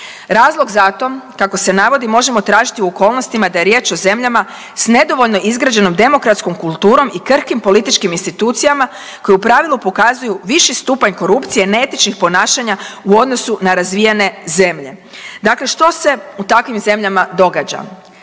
Razlog za to kako se navodi možemo tražiti u okolnostima da je riječ o zemljama s nedovoljno izgrađenom demokratskom kulturom i krhkim političkim institucijama koje u pravilu pokazuju viši stupanj korupcije, neetičnih ponašanja u odnosu na razvijene zemlje. Dakle, što se u takvim zemljama događa?